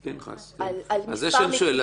על מקרים --- על מספר מקרים --- זה מה שאני שואל.